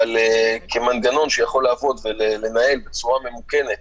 אבל כמנגנון שיכול לעבוד ולנהל בצורה ממוכנת